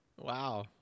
Wow